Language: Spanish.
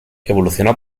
evolucionó